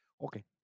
Okay